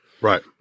Right